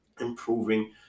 improving